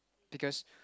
because